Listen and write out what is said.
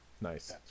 Nice